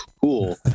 cool